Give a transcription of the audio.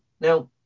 Now